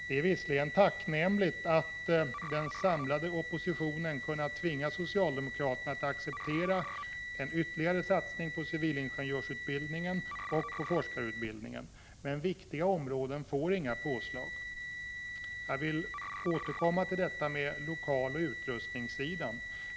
Det är visserligen tacknämligt att den samlade oppositionen kunnat tvinga socialdemokraterna att acceptera en ytterligare satsning på civilingenjörsutbildningen och forskarutbildningen, men viktiga områden får inga påslag. Jag vill återkomma till lokaloch utrustningssidan.